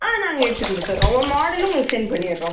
ஆ நாங்கள் எடுத்து கொடுத்துட்றோம் மாடலும் உங்களுக்கு சென்ட் பண்ணிடுறோம்